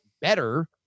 better